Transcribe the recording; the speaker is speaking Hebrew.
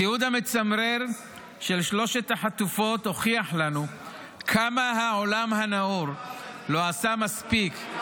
התיעוד המצמרר של שלוש החטופות הוכיח לנו כמה העולם הנאור לא עשה מספיק,